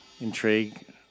Intrigue